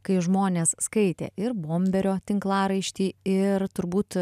kai žmonės skaitė ir bomberio tinklaraišti ir turbūt